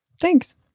thanks